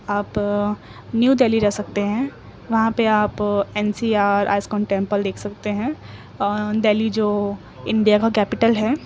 آپ نیو دہلی رہ سکتے ہیں وہاں پہ آپ N C R ISKCON temple دیکھ سکتے ہیں دہلی جو انڈیا کا کیپٹل ہے